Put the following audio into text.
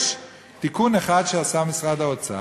יש תיקון אחד שעשה משרד האוצר,